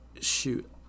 shoot